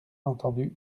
entendu